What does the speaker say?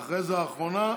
ואחרי זה, אחרונה,